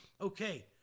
Okay